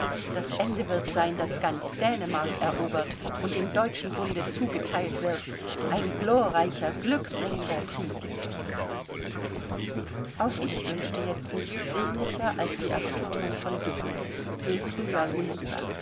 das ende wird sein daß ganz dänemark erobert und dem deutschen bunde zugeteilt wird ein glorreicher glückbringender krieg auch ich wünschte jetzt nichts sehnlicher als die erstürmung von düppel je früher je lieber